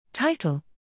Title